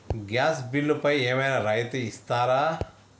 Gas బిల్లుపై ఏమైనా రాయితీ ఇస్తారా?